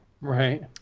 Right